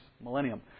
millennium